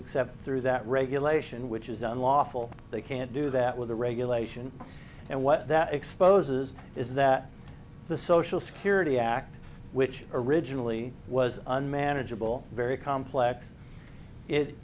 except through that regulation which is unlawful they can't do that with a regulation and what that exposes is that the social security act which originally was unmanageable very complex it